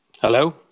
Hello